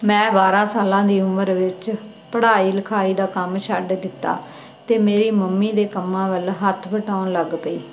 ਮੈਂ ਬਾਰ੍ਹਾਂ ਸਾਲਾਂ ਦੀ ਉਮਰ ਵਿੱਚ ਪੜ੍ਹਾਈ ਲਿਖਾਈ ਦਾ ਕੰਮ ਛੱਡ ਦਿੱਤਾ ਅਤੇ ਮੇਰੀ ਮੰਮੀ ਦੇ ਕੰਮਾਂ ਵੱਲ ਹੱਥ ਵਟਾਉਣ ਲੱਗ ਪਈ